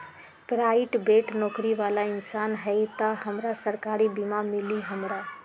Private नौकरी बाला इंसान हई त हमरा सरकारी बीमा मिली हमरा?